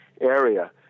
area